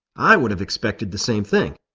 i would have expected the same thing,